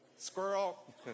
Squirrel